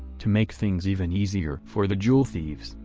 to make things even easier for the jewel thieves,